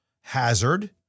hazard